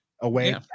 away